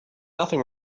nothing